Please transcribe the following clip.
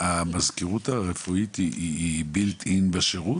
המזכירות הרפואית היא משהו שהוא Built in בשירות?